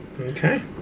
Okay